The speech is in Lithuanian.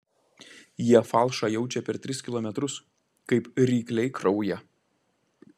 jie falšą jaučia per tris kilometrus kaip rykliai kraują